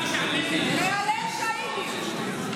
מהלל שאהידים.